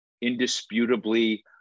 indisputably